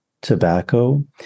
tobacco